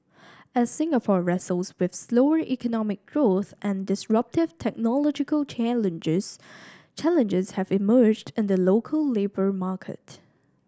as Singapore wrestles with slower economic growth and disruptive technological changes challenges have emerged in the local labour market